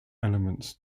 elements